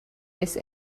this